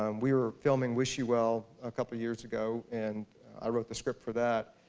um we were filming wish you well a couple years ago and i wrote the script for that.